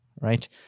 right